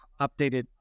updated